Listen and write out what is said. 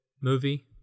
movie